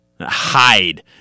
Hide